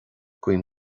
guím